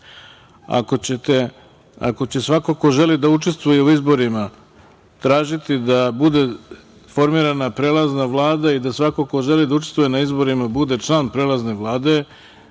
Ako će svako ko želi da učestvuje u izborima tražiti da bude formirana prelazna Vlada i da svako ko želi da učestvuje na izborima bude član prelazne Vlade,